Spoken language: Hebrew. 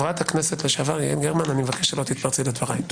חברת הכנסת לשעבר יעל גרמן אני מבקש שלא תתפרצי לדבריי.